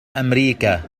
أمريكا